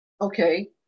Okay